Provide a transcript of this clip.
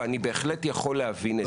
ואני בהחלט יכול להבין את זה.